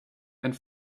and